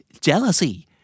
Jealousy